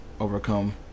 overcome